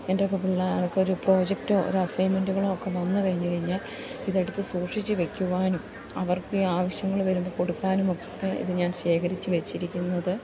എൻ്റെ പിള്ളേർക്കൊരു പ്രോജക്റ്റോ ഒരു അസൈൻമെന്റുകളോ ഒക്കെ വന്നുകഴിഞ്ഞുകഴിഞ്ഞാൽ ഇതെടുത്തു സൂക്ഷിച്ചുവയ്ക്കുവാനും അവർക്ക് ഈ ആവശ്യങ്ങള് വരുമ്പോള് കൊടുക്കാനും ഒക്കെ ഇതു ഞാൻ ശേഖരിച്ചുവച്ചിരിക്കുന്നത്